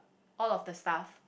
all of the stuff